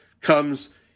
comes